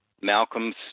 Malcolm's